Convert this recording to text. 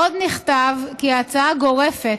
עוד נכתב: ההצעה גורפת,